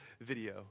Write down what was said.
video